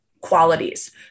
qualities